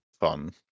fun